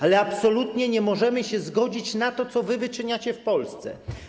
Ale absolutnie nie możemy się zgodzić na to, co wy wyczyniacie w Polsce.